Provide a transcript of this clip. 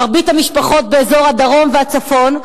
מרבית המשפחות באזור הדרום והצפון,